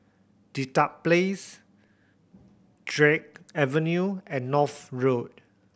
Dedap Place Drake Avenue and North Road